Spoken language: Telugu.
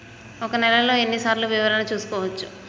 ఒక నెలలో ఎన్ని సార్లు వివరణ చూసుకోవచ్చు?